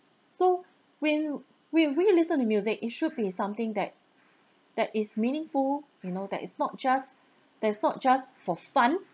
so when when we listen to music it should be something that that is meaningful we know that it's not just that it's not just for fun